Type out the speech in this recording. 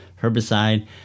herbicide